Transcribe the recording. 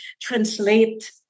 translate